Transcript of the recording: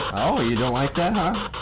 oh, you don't like and